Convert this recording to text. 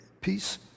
peace